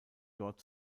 dort